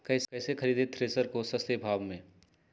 कैसे खरीदे थ्रेसर को सस्ते भाव में?